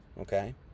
Okay